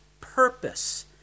purpose